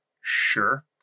Sure